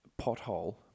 pothole